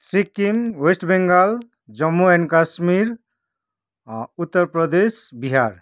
Sikkim west Bengal Jammu and Kashmir Uttar Pradesh Bihar